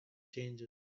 changes